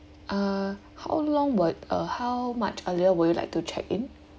uh how long would uh how much earlier would you like to check in